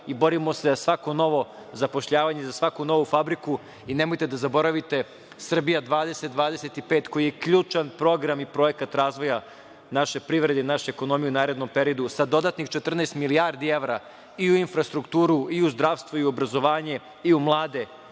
i borimo se za svako novo zapošljavanje, za svaku novu fabriku. Nemojte da zaboravite „Srbija 20-25“ koji je ključan program i projekat razvoja naše privrede i naše ekonomije u narednom periodu, sa dodatnih 14 milijardi evra i u infrastrukturu, i u zdravstvo i obrazovanje i u mlade